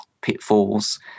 pitfalls